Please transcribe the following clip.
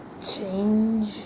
change